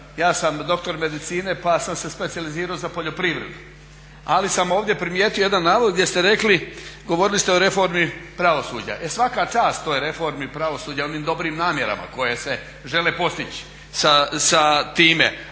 Ja sam doktor medicine pa sam se specijalizirao za poljoprivredu. Ali sam ovdje primijetio jedan navod gdje ste rekli, govorili ste o reformi pravosuđa. E svaka čast toj reformi pravosuđa, onim dobrim namjerama koje se žele postići sa time,